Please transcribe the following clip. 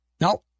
no